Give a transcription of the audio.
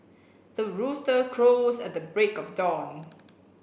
the rooster crows at the break of dawn